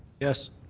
yes.